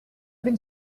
він